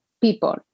people